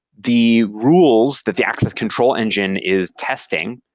the rules that the access control engine is testing